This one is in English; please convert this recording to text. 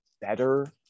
better